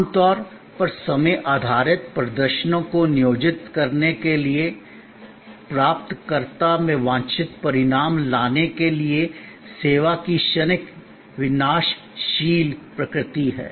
आमतौर पर समय आधारित प्रदर्शनों को नियोजित करने के लिए प्राप्तकर्ता में वांछित परिणाम लाने के लिए सेवा की क्षणिक विनाशशील प्रकृति है